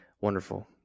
Wonderful